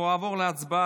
בעד,